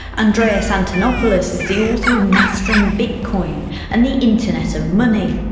andreas antonopolous is the author of mastering bitcoin and the internet of money.